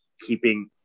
keeping